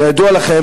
כידוע לכם,